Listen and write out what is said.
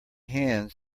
hands